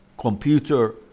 computer